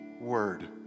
word